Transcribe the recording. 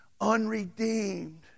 unredeemed